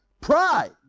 pride